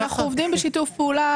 אנחנו עובדים בשיתוף פעולה.